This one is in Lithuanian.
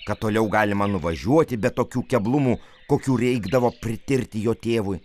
kad toliau galima nuvažiuoti bet tokių keblumų kokių reikdavo pritirti jo tėvui